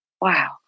Wow